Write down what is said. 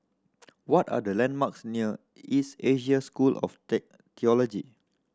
what are the landmarks near East Asia School of